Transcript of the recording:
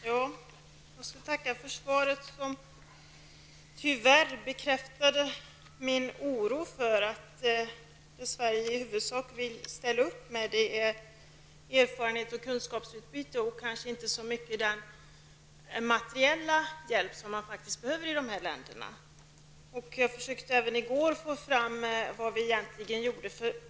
Fru talman! Jag tackar för svaret, som tyvärr bekräftar min oro för att det i huvudsak är erfarenhets och kunskapsutbyte som Sverige vill ställa upp med och kanske inte så mycket den materiella hjälp som de här länderna faktiskt behöver. Jag försökte även i går få fram uppgifter om vad Sverige egentligen gör.